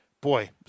Boy